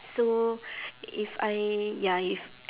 so if I ya if